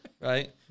right